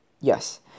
Yes